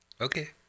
Okay